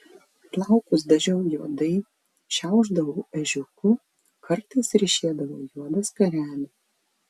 plaukus dažiau juodai šiaušdavau ežiuku kartais ryšėdavau juodą skarelę